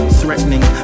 threatening